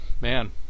man